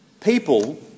People